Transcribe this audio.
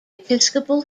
episcopal